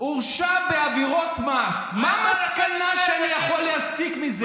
הורשע בעבירות מס, מה המסקנה שאני יכול להסיק מזה?